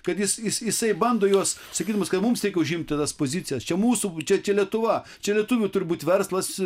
kad jis jis jisai bando juos sakydamas kad mums reikia užimti tas pozicijas čia mūsų čia lietuva čia lietuvių turi būti verslas